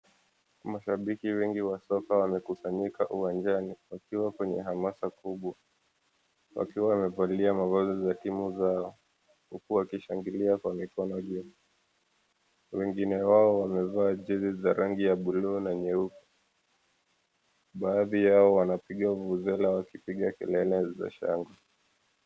Mashabiki wengi wa soka wamekusanyika uwanjani wakiwa kwenye hamasa kubwa, wakiwa wamevalia mavazi za timu za, huku wakishangilia kwa mikono juu. Wengine wao wamevaa jezi za rangi za buluu na nyeupe. Baadhi yao wanapiga vuvuzela wakipiga kelele za shangwe.